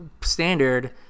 standard